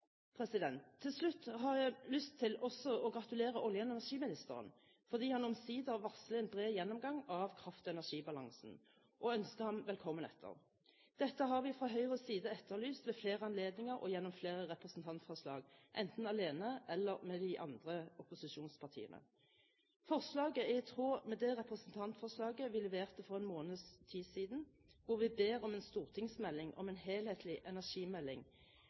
sokkel. Til slutt har jeg lyst til å gratulere olje- og energiministeren fordi han omsider varsler en bred gjennomgang av kraft- og energibalansen, og ønske ham velkommen etter. Dette har vi fra Høyres side etterlyst ved flere anledninger og gjennom flere representantforslag, enten alene eller sammen med de andre opposisjonspartiene. Forslaget er i tråd med det representantforslaget vi leverte for en måneds tid siden, hvor vi ber om en stortingsmelding om en helhetlig